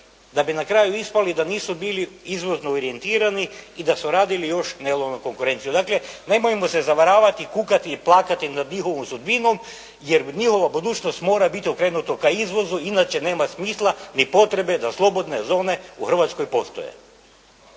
da bi na kraju ispali da nisu bili izvozno orijentirani i da su radili još nelojalnu konkurenciju. Dakle, nemojmo se zavaravati, kukati i plakati nad njihovom sudbinom, jer njihova budućnost mora biti okrenuta ka izvozu, inače nema smisla, ni potrebe, da slobodne zone u Hrvatskoj postoje.